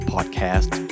Podcast